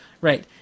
Right